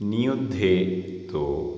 नियुद्धे तु